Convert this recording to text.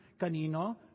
Kanino